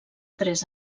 tres